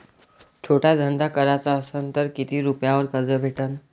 छोटा धंदा कराचा असन तर किती रुप्यावर कर्ज भेटन?